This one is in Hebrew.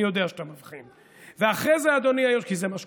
אני יודע שאתה מבחין, כי זה מה שקורה.